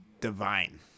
divine